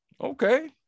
Okay